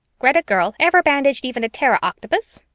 greta girl, ever bandaged even a terra octopus?